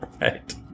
right